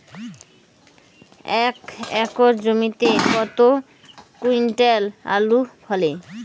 এক একর জমিতে কত কুইন্টাল আলু ফলে?